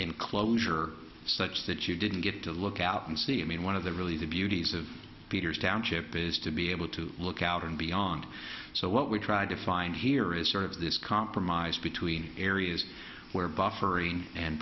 enclosure such that you didn't get to look out and see i mean one of the really the beauties of peter's township is to be able to look out and beyond so what we tried to find here is sort of this compromise between areas where buffering and